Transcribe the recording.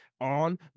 on